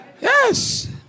Yes